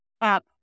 up